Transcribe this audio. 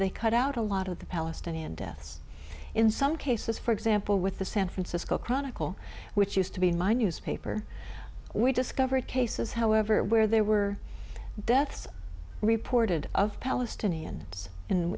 they cut out a lot of the palestinian deaths in some cases for example with the san francisco chronicle which used to be my news paper we discovered cases however where there were deaths reported of palestinians in